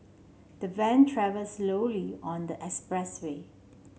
the van travel slowly on the expressway